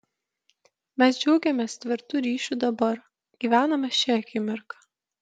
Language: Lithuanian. mes džiaugiamės tvirtu ryšiu dabar gyvename šia akimirka